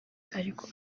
ariko